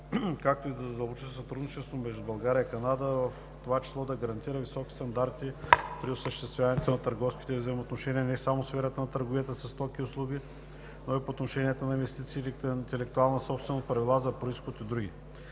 както и да задълбочи сътрудничеството между България и Канада, в това число да гарантира високи стандарти при осъществяването на търговските взаимоотношения не само в сферата на търговията със стоки и услуги, но и по отношение на инвестиции, интелектуална собственост, правила за произход и други.